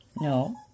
No